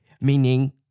meaning